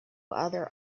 other